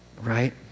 right